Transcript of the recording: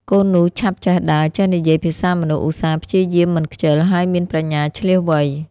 កូននោះឆាប់ចេះដើរ ចេះនិយាយភាសាមនុស្ស ឧស្សាហ៍ ព្យាយាម មិនខ្ជិល ហើយមានប្រាជ្ញាឈ្លាសវៃ។